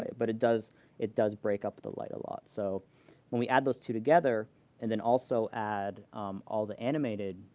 but it does it does break up the light a lot. so when we add those two together and then also add all the animated